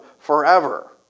forever